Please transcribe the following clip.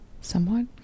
somewhat